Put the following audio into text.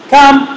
Come